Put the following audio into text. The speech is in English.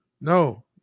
No